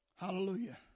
Hallelujah